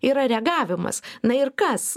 yra reagavimas na ir kas